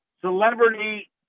celebrity